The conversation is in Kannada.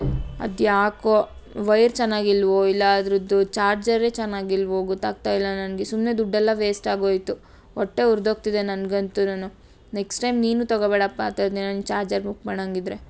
ಅದು ಯಾಕೊ ವೈರ್ ಚೆನ್ನಾಗಿಲ್ವೋ ಇಲ್ಲ ಅದ್ರದ್ದು ಚಾರ್ಜರೇ ಚೆನ್ನಾಗಿಲ್ವೊ ಗೊತಾಗ್ತಾಯಿಲ್ಲ ನನಗೆ ಸುಮ್ಮನೆ ದುಡ್ಡೆಲ್ಲ ವೇಸ್ಟ್ ಆಗೋಯಿತು ಹೊಟ್ಟೆ ಉರಿದ್ಹೋಗ್ತಿದೆ ನನ್ಗಂತುನು ನೆಕ್ಸ್ಟ್ ಟೈಮ್ ನೀನು ತಗೊಬೇಡಪ್ಪ ಆ ಥರದ್ ಚಾರ್ಜರ್ ಬುಕ್ ಮಾಡೋಂಗಿದ್ರೆ